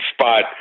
spot